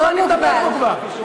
כמה אני מדבר פה כבר?